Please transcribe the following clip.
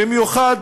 במיוחד